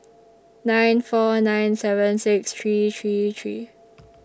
nine four nine seven six three three three